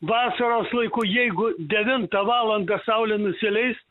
vasaros laiku jeigu devintą valandą saulė nusileis